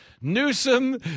Newsom